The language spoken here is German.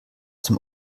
dem